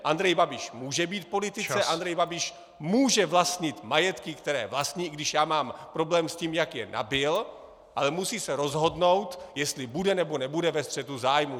Andrej Babiš může být v politice , Andrej Babiš může vlastnit majetky, které vlastní, i když já mám problém s tím, jak je nabyl, ale musí se rozhodnout, jestli bude, nebo nebude ve střetu zájmů.